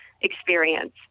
experience